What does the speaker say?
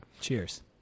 Cheers